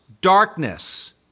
darkness